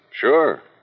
Sure